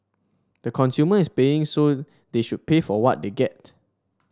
the consumer is paying so they should pay for what they get